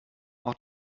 auch